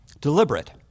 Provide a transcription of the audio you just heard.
Deliberate